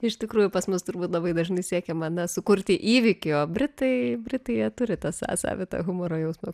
iš tikrųjų pas mus turbūt labai dažnai siekiama sukurti įvykį o britai britai turi tąsą savitą humoro jausmą